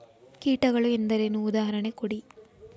ಕೀಟಗಳು ಎಂದರೇನು? ಉದಾಹರಣೆ ಕೊಡಿ?